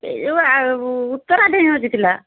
ଏହି ଯେଉଁ ଉତ୍ତରା ଠେଇଁ ହଜିଥିଲା